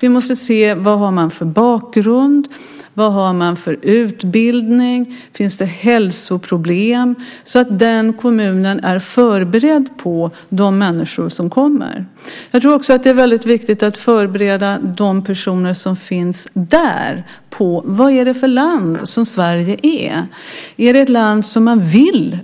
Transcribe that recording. Vi måste se vad de har för bakgrund, vad de har för utbildning, om det finns hälsoproblem, så att den kommunen är förberedd på de människor som kommer. Jag tror också att det är väldigt viktigt att förbereda de personer som finns där på vad Sverige är för land. Är det ett land som man